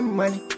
money